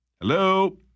Hello